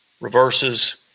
reverses